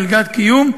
מלגת קיום,